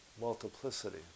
multiplicity